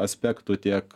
aspektų tiek